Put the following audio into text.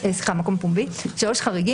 מסמיכים אתכם.